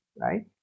right